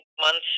months